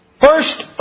First